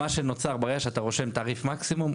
מה שנוצר ברגע שאתה רושם תעריף מקסימום,